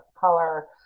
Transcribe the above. color